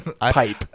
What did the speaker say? Pipe